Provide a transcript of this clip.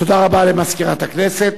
רבה למזכירת הכנסת.